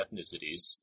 ethnicities